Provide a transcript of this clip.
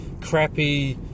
crappy